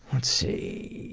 let's see.